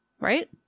Right